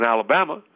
Alabama